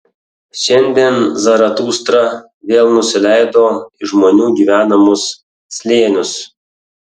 šiandien zaratustra vėl nusileido į žmonių gyvenamus slėnius